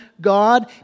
God